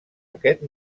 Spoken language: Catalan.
aquest